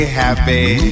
happy